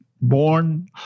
born